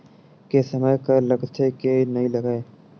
के समय कर लगथे के नइ लगय?